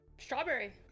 strawberry